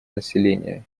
населения